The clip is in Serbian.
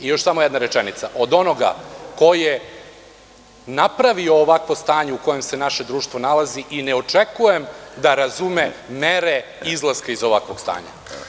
Još samo jedna rečenica, od onoga ko je napravio ovakvo stanje u kojem se naše društvo nalazi i ne očekujem da razume mere izlaska iz ovakvog stanja.